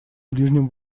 ближнем